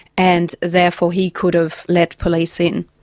and therefore he could have let police in.